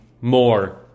more